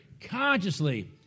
Consciously